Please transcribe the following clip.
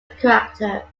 character